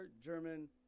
German